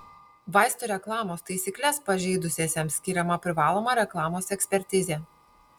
vaistų reklamos taisykles pažeidusiesiems skiriama privaloma reklamos ekspertizė